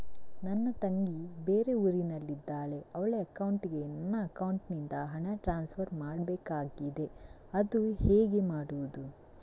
ನನ್ನ ತಂಗಿ ಬೇರೆ ಊರಿನಲ್ಲಿದಾಳೆ, ಅವಳ ಅಕೌಂಟಿಗೆ ನನ್ನ ಅಕೌಂಟಿನಿಂದ ಹಣ ಟ್ರಾನ್ಸ್ಫರ್ ಮಾಡ್ಬೇಕಾಗಿದೆ, ಅದು ಹೇಗೆ ಮಾಡುವುದು?